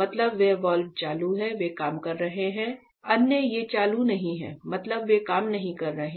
मतलब वे वाल्व चालू है वे काम कर रहे हैं अन्य ये चालू नहीं हैं मतलब वे काम नहीं कर रहे हैं